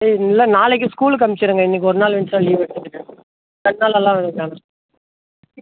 இல்லை நாளைக்கு ஸ்கூலுக்கு அனுப்பிச்சிவிடுங்க இன்னிக்கி ஒரு நாள் வேணால் லீவ் எடுத்துக்கோங்க ரெண்டு நாளெல்லாம் வேணாம்